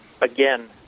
again